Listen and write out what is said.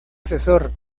asesor